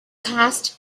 cast